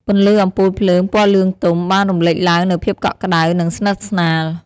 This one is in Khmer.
ពន្លឺអំពូលភ្លើងពណ៌លឿងទុំ បានរំលេចឡើងនូវភាពកក់ក្តៅ និងស្និទ្ធស្នាល។